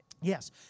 Yes